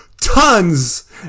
tons